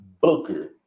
Booker